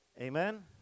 Amen